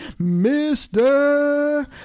Mr